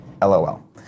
LOL